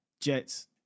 Jets